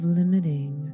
limiting